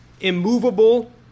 immovable